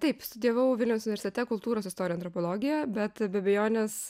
taip studijavau vilniaus universitete kultūros istoriją apologiją bet be abejonės